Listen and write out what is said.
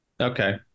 Okay